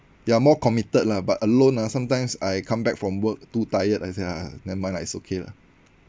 you are more committed lah but alone ah sometimes I come back from work too tired I say ah never mind lah it's okay lah